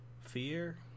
fear